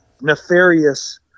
nefarious